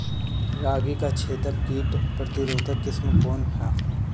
रागी क छेदक किट प्रतिरोधी किस्म कौन ह?